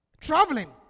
Traveling